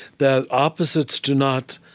that opposites do not